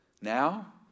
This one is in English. Now